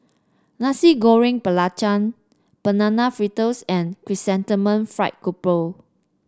Nasi Goreng Belacan Banana Fritters and Chrysanthemum Fried Grouper